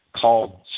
called